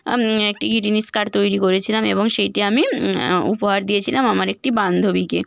একটি greetings card তৈরি করেছিলাম এবং সেইটি আমি উপহার দিয়েছিলাম আমার একটি বান্ধবীকে